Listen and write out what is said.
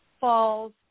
falls